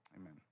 amen